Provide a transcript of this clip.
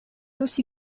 aussi